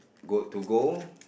go to go